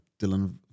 Dylan